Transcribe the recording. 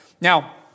Now